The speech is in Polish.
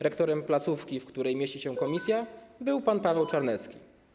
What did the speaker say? Rektorem placówki, w której mieści się komisja, był pan Paweł Czarnecki.